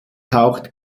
taucht